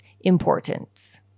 importance